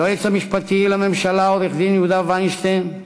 היועץ המשפטי לממשלה עורך-דין יהודה וינשטיין,